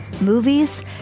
movies